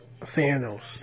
Thanos